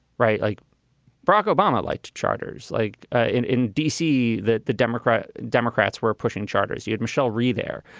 right. like barack obama likes like to charters like in in d c. that the democrat democrats were pushing charters. you had michelle rhee there.